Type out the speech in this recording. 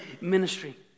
ministry